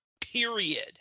period